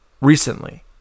recently